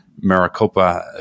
Maricopa